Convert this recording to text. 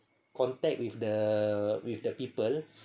contact with the with the people